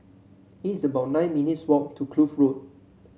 it's about nine minutes' walk to Kloof Road